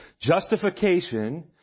Justification